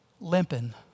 limping